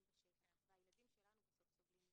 בשטח והילדים שלנו בסוף סובלים מזה.